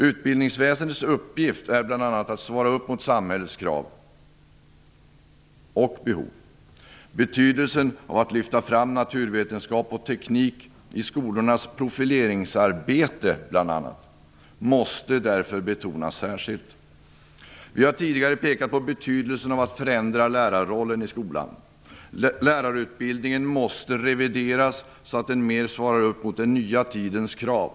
Utbildningsväsendets uppgift är bl.a. att svara upp mot samhällets krav och behov. Betydelsen av att lyfta fram naturvetenskap och teknik i bl.a. skolornas profileringsarbete, måste därför betonas särskilt. Vi har tidigare pekat på betydelsen av att förändra lärarrollen i skolan. Lärarutbildningen måste revideras så att den mera motsvarar den nya tidens krav.